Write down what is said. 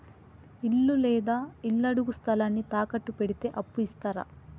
ఇల్లు లేదా ఇళ్లడుగు స్థలాన్ని తాకట్టు పెడితే అప్పు ఇత్తరా?